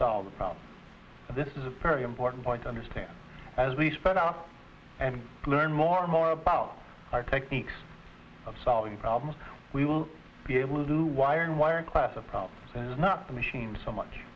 solve the problem and this is a pretty important point to understand as we spread out and learn more and more about our techniques of solving problems we will be able to do wiring wiring class a problem is not the machine so much